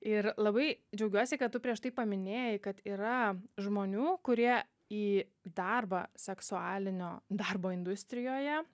ir labai džiaugiuosi kad tu prieš tai paminėjai kad yra žmonių kurie į darbą seksualinio darbo industrijoje